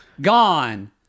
Gone